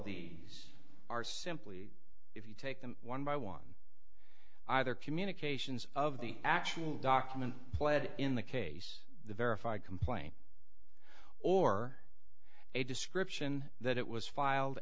these are simply if you take them one by one either communications of the actual document pled in the case the verified complaint or a description that it was filed